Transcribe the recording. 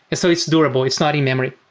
so it's durable. it's not in-memory.